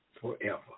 forever